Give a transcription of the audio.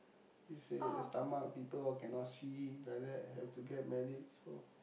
you say the stomach people all cannot see like that have to get married so